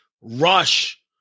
rush